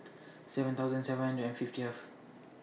seven thousand seven hundred and fiftieth